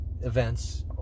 events